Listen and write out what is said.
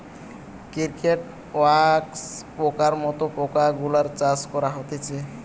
cricket, wax পোকার মত পোকা গুলার চাষ করা হতিছে